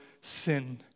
sin